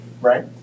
right